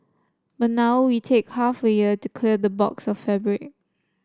but now we take half a year to clear a box of fabric